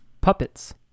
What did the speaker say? Puppets